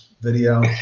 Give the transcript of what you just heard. video